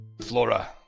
Flora